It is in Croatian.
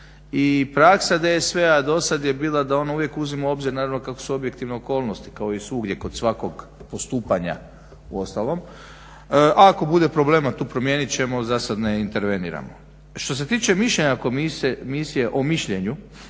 i praksa DSV-a dosad je bila da ona uvijek uzima u obzir naravno kako su objektivne okolnosti, kao i svugdje kod svakog postupanja uostalom. Ako bude problema tu promijenit ćemo, zasad ne interveniramo. Što se tiče mišljenja komisije o mišljenju,